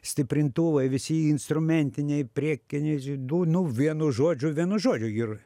stiprintuvai visi instrumentiniai priekiniai ži du nu vienu žodžiu vienu žodžiu ir